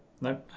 no